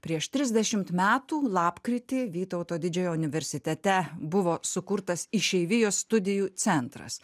prieš trisdešimt metų lapkritį vytauto didžiojo universitete buvo sukurtas išeivijos studijų centras